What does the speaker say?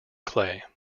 clay